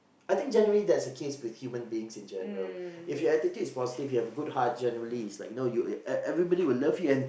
I think generally that's the case with human beings in general if your attitude is positive you have a good heart generally it's like you know everybody will love you and